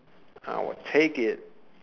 I will take it